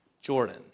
Jordan